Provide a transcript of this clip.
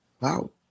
wow